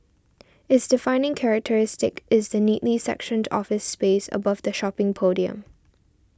its defining characteristic is the neatly sectioned office space above the shopping podium